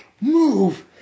Move